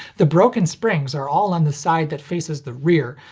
the broken springs are all on the side that faces the rear,